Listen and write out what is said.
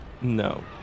No